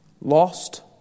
lost